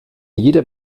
jeder